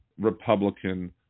Republican